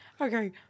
Okay